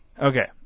Okay